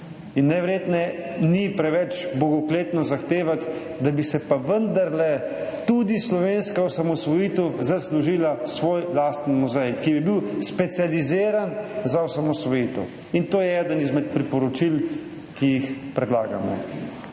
In najverjetneje ni preveč bogokletno zahtevati, da bi si pa vendarle tudi slovenska osamosvojitev zaslužila svoj lastni muzej, ki bi bil specializiran za osamosvojitev. In to je eno izmed priporočil, ki jih predlagamo.